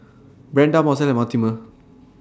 Brenda Marcelle and Mortimer